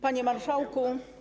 Panie Marszałku!